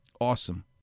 Awesome